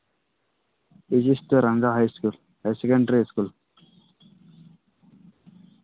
H S ᱨᱟᱝᱜᱟ high school higher secondary school